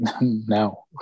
no